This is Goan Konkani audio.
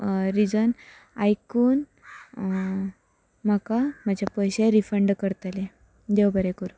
रिजन आयकून म्हाका म्हजें पयशे रिफंड करतले देव बरें करूं